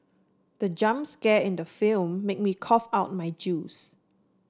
the jump scare in the film made me cough out my juice